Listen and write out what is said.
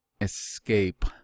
escape